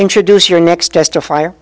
introduce your next justif